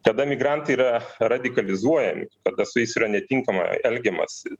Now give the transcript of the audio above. tada migrantai yra radikalizuojami kada su jais yra netinkamai elgiamasi